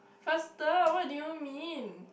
faster what do you mean